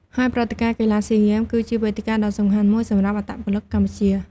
ហើយព្រឹត្តិការណ៍កីឡាស៊ីហ្គេមគឺជាវេទិកាដ៏សំខាន់មួយសម្រាប់អត្តពលិកកម្ពុជា។